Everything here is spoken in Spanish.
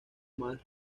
más